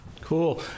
Cool